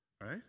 right